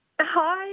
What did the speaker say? hi